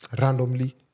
randomly